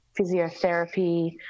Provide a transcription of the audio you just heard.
physiotherapy